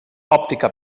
òptica